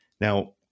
Now